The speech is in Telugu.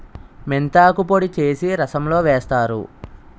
మెంతాకు పొడి చేసి రసంలో వేస్తారు